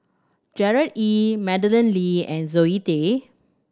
Gerard Ee Madeleine Lee and Zoe Tay